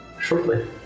shortly